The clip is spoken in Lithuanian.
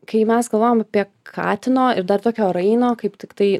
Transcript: kai mes galvojam apie katino ir dar tokio raino kaip tiktai